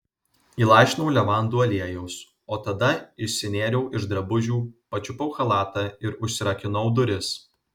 įlašinau levandų aliejaus o tada išsinėriau iš drabužių pačiupau chalatą ir užsirakinau duris